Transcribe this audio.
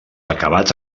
acabats